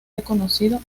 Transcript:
reconocido